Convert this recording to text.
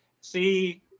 See